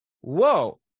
whoa